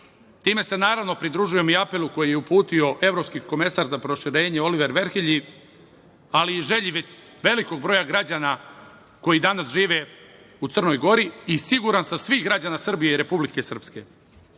se naravno pridružujem i apelu koji je uputio evropski komesar za proširenje Oliver Verhelji, ali i želji velikog broja građana koji danas žive u Crnoj Gori i siguran sam svih građana Srbije i Republike Srpske. Neka